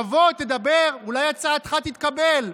תבוא, תדבר, אולי הצעתך תתקבל.